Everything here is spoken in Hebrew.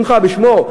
ובשמו: